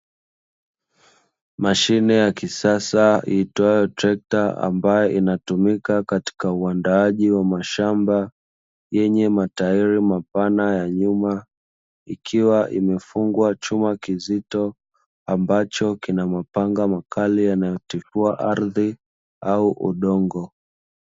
Mashine ya kisasa iitwayo trekta ambayo inatumika katika uandaaji wa mashamba, yenye matairi mapana ya nyuma, ikiwa imefungwa chuma kizito ambacho kina mapanga makali yanayo tifua ardhi au udongo.